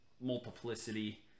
multiplicity